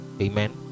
amen